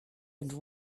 and